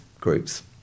groups